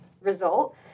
result